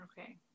Okay